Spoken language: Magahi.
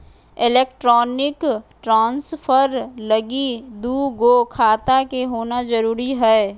एलेक्ट्रानिक ट्रान्सफर लगी दू गो खाता के होना जरूरी हय